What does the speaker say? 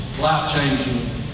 life-changing